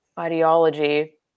Ideology